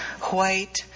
white